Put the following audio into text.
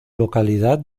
localidad